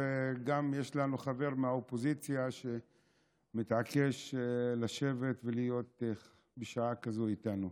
וגם יש לנו חבר מהאופוזיציה שמתעקש לשבת ולהיות בשעה כזאת איתנו.